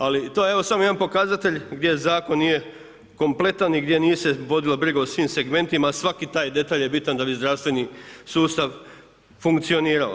Ali, to je evo, samo jedan pokazatelj, gdje zakon nije kompletan i gdje nije se vodilo brige o svim segmentima, svaki taj detalj je bitan da bi zdravstveni sustav funkcionirao.